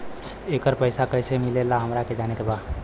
येकर पैसा कैसे मिलेला हमरा के जाने के बा?